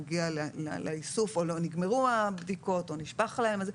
אחרי ההגדרה "בדיקת קורונה מיידית"